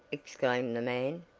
exclaimed the man,